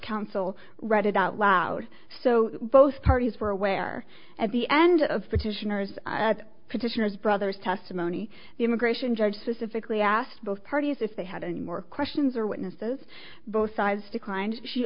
counsel read it out loud so both parties were aware at the end of the titian or his position as brothers testimony the immigration judge specifically asked both parties if they had any more questions or witnesses both sides declined she